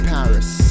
Paris